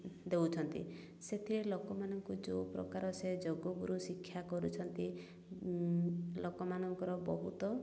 ଦେଉଛନ୍ତି ସେଥିରେ ଲୋକମାନଙ୍କୁ ଯେଉଁ ପ୍ରକାର ସେ ଯୋଗ ଗୁରୁ ଶିକ୍ଷା କରୁଛନ୍ତି ଲୋକମାନଙ୍କର ବହୁତ